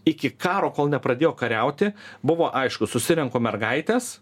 iki karo kol nepradėjo kariauti buvo aišku susirenku mergaites